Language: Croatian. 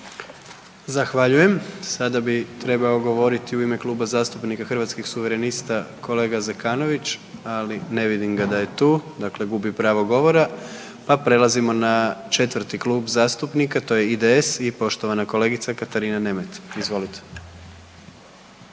Zahvaljujem. Sada bi trebao govoriti u ime Kluba zastupnika Hrvatskih suverenista kolega Zekanović, ali ne vidim da je tu, dakle gubi pravo govora, pa prelazimo na četvrti klub zastupnika to je IDS i poštovana kolegica Katarina Nemet. Izvolite.